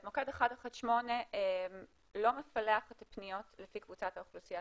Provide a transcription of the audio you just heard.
אז מוקד 118 לא מפלח את הפניות לפי קבוצת האוכלוסייה